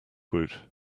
woot